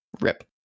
rip